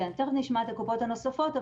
נשמע את הקופות הנוספות.